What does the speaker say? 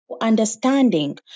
understanding